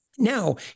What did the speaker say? Now